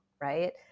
right